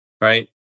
right